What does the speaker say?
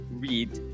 read